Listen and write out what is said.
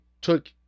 took